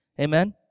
Amen